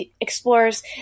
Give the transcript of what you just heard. explores